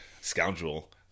scoundrel